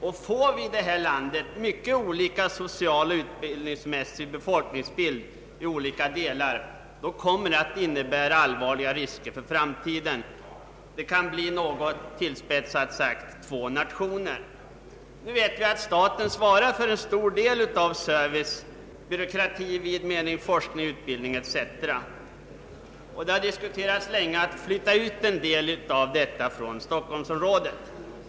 Får vi i detta land en socialt och utbildningsmässigt mycket varierande befolkningsbild i olika delar, kommer det att innebära allvarliga risker för framtiden. Något tillspetsat sagt kan det bli två nationer. Nu vet vi att staten svarar för en stor del av service, byråkrati, forskning och utbildning etc. Det har länge diskuterats att flytta ut en del härav från Stockholmsområdet.